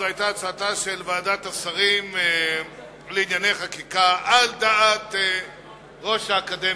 זו היתה הצעתה של ועדת השרים לענייני חקיקה על דעת ראש האקדמיה,